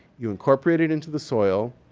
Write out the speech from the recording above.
you incorporate it into the soil.